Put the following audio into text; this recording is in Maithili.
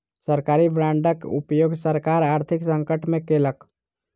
सरकारी बांडक उपयोग सरकार आर्थिक संकट में केलक